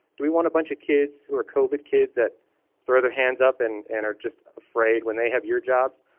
do we want a bunch of kids who are covid kids that throw their hands up and and are just afraid when they have your jobs?